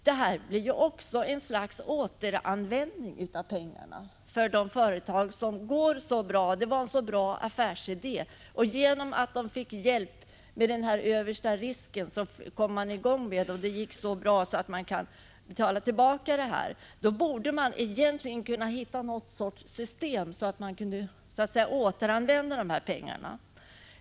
När det gäller de företag som hade en så bra affärsidé att de, genom att de fick hjälp med den översta risken, kom i gång och gick så bra att de kunde betala tillbaka pengarna borde man kunna hitta något slags system som gjorde det möjligt att så att säga återanvända pengarna.